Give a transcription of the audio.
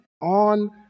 on